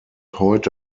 heute